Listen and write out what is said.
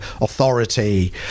authority